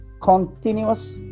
continuous